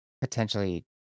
potentially